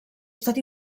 estat